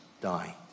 die